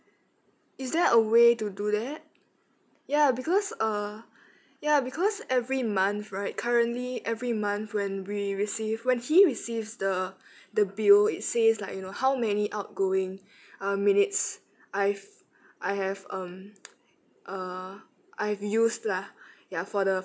is there a way to do that ya because uh ya because every month right currently every month when we receive when he receives the the bill it says like you know how many outgoing uh minutes I've I have um uh I've used lah ya for the